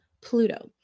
Pluto